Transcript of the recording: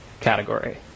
category